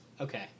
Okay